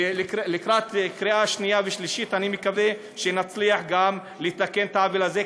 לקראת קריאה שנייה ושלישית אני מקווה שנצליח לתקן גם את העוול הזה,